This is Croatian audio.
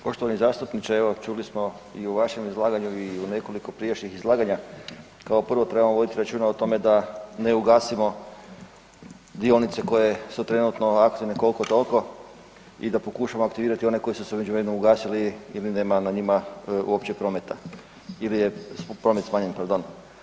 Poštovani zastupniče, evo čuli smo i u vašem izlaganju i u nekoliko prijašnjih izlaganja, kao prvo trebamo voditi računa o tome da ne ugasimo dionice koje su trenutno aktivne koliko toliko i da pokušamo aktivirati one koje su se u međuvremenu ugasili ili nema na njima uopće prometa ili je promet smanjen pardon.